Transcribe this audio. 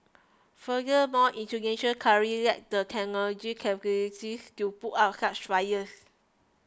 furthermore Indonesia currently lacks the technological capabilities to put out such fires